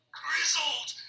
grizzled